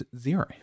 Zero